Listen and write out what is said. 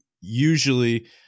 usually